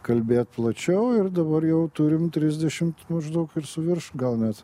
kalbėt plačiau ir dabar jau turim trisdešimt maždaug ir suvirš gal net